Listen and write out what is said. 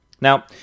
Now